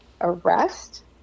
arrest